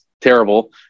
terrible